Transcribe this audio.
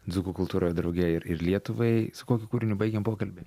dzūkų kultūrą drauge ir lietuvai su kokiu kūriniu baigiam pokalbį